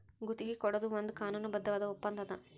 ಗುತ್ತಿಗಿ ಕೊಡೊದು ಒಂದ್ ಕಾನೂನುಬದ್ಧವಾದ ಒಪ್ಪಂದಾ ಅದ